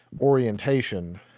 orientation